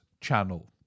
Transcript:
channel